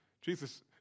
Jesus